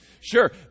Sure